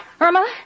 Irma